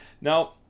Now